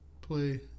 play